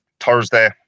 Thursday